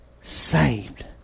saved